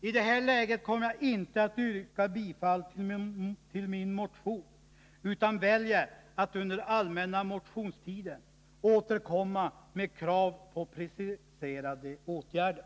I det här läget kommer jag inte att yrka bifall till min motion utan väljer att under allmänna motionstiden återkomma med krav på preciserade åtgärder.